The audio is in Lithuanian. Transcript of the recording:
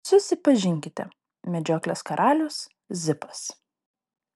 susipažinkite medžioklės karalius zipas